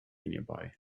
nearby